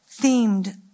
themed